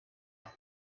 with